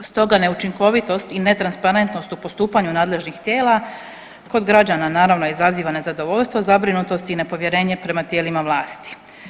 Stoga neučinkovitost i netransparentnost u postupanju nadležnih tijela kod građana naravno izaziva nezadovoljstvo, zabrinutost i nepovjerenje prema tijelima vlasti.